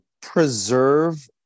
preserve